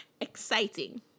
Exciting